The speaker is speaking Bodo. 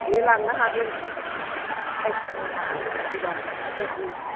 दे लांनो हागोन जायखि जाया आदा किजिबा एसे उम